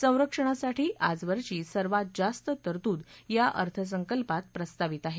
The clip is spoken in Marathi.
संरक्षणसाठी आजवरची सर्वात जास्त तरतूद या अर्थसंकल्पात प्रस्तावित आहे